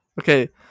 okay